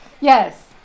Yes